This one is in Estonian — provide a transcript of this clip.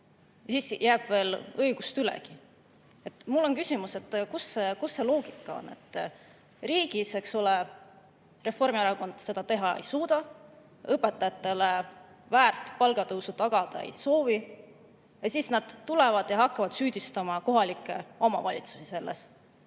Siis jääb veel õigust ülegi. Mul on küsimus, kus see loogika on. Riigis, eks ole, Reformierakond seda teha ei suuda, õpetajatele väärilist palgatõusu tagada ei soovi ning siis nad tulevad, ja hakkavad selles süüdistama kohalikke omavalitsusi. Ma